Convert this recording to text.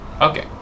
Okay